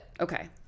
Okay